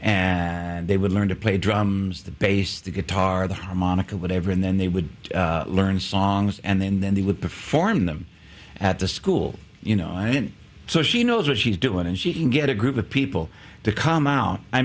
and they would learn to play drums the bass the guitar the harmonica whatever and then they would learn songs and then then they would perform them at the school you know so she knows what she's doing and she can get a group of people to come out i